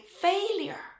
failure